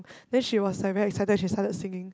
then she was like very excited she started singing